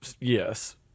yes